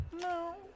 No